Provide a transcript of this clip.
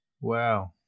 Wow